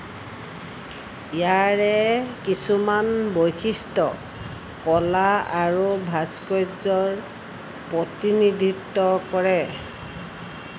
ইয়াৰে কিছুমান বৈশিষ্ট্য কলা আৰু ভাস্কৰ্য্য়ৰ প্ৰতিনিধিত্ব কৰে